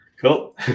Cool